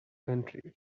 county